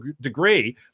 degree